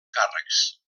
càrrecs